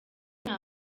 nta